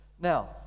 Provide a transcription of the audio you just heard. Now